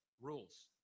Rules